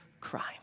crime